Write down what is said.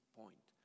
point